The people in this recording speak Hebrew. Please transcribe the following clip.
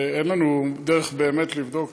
ואין לנו דרך באמת לבדוק.